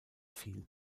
fiel